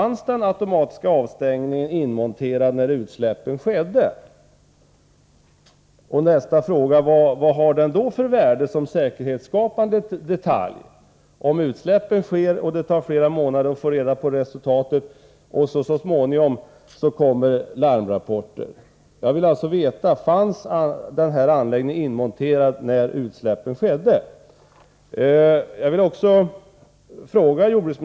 Nästa fråga: Vad har den för värde som säkerhetsskapande detalj om utsläppen sker och det tar flera månader att få reda på resultatet, och så småningom kommer larmrapporter? Jag vill alltså veta: Fanns den här anläggningen inmonterad när utsläppen skedde?